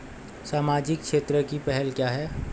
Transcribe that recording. सामाजिक क्षेत्र की पहल क्या हैं?